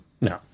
No